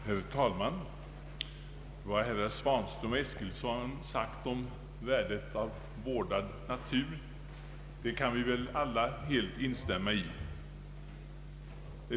Herr talman! Vad herrar Svanström och Eskilsson sagt om värdet av vårdad natur kan vi väl alla helt instämma i.